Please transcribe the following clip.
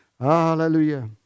Hallelujah